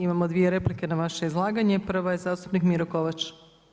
Imamo dvije replike na vaše izlaganje, prva je zastupnik Miro Kovač.